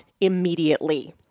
immediately